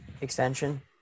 extension